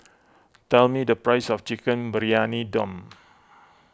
tell me the price of Chicken Briyani Dum